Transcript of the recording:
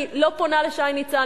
אני לא פונה לשי ניצן,